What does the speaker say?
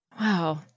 Wow